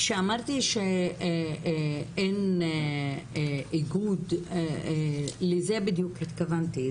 כשאמרתי שאין איגוד לזה בדיוק התכוונתי.